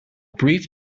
brief